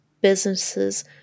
businesses